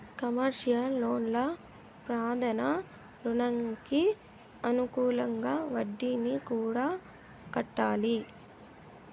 commercial లోన్లు ప్రధాన రుణంకి అనుకూలంగా వడ్డీని కూడా కట్టాలి